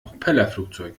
propellerflugzeug